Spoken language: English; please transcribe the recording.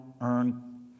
earn